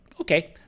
okay